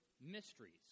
mysteries